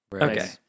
Okay